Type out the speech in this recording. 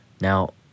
Now